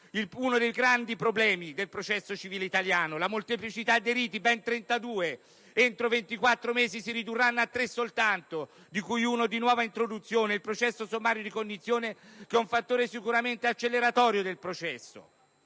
uno dei grandi problemi del processo civile italiano: la molteplicità dei riti, ben 32. Entro 24 mesi si ridurranno a tre soltanto, di cui uno di nuova introduzione, il processo sommario di cognizione, un fattore certamente acceleratorio del processo.